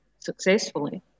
successfully